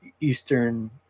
Eastern